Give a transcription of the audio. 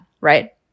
Right